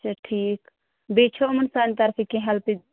اَچھا ٹھِیٖک بیٚیہِ چھُو یِمَن سانہِ طرفہٕ کیٚنٛہہ ہیلپٕچ